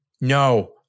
No